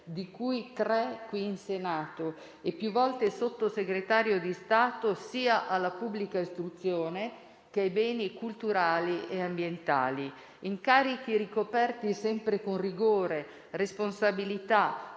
di cui tre qui in Senato, e più volte Sottosegretario di Stato sia alla pubblica istruzione che ai beni culturali e ambientali, incarichi ricoperti sempre con rigore, responsabilità,